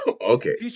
Okay